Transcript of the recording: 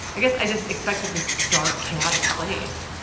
i guess i just expected this dark, chaotic place.